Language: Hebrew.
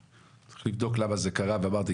וצריך לבדוק למה זה קרה הדבר.